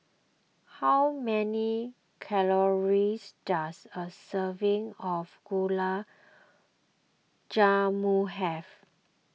how many calories does a serving of Gulab Jamun have